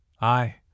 I